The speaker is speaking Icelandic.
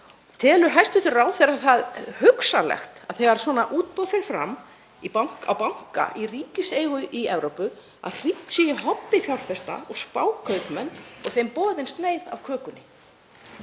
Telur hæstv. ráðherra það hugsanlegt að þegar svona útboð fer fram á banka í ríkiseigu í Evrópu þá sé hringt í hobbífjárfesta og spákaupmenn og þeim boðin sneið af kökunni?